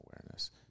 awareness